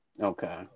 Okay